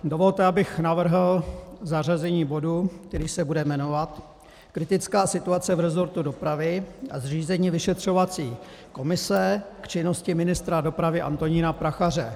Dovolte, abych navrhl zařazení bodu, který se bude jmenovat Kritická situace v resortu dopravy a zřízení vyšetřovací komise k činnosti ministra dopravy Antonína Prachaře.